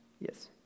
yes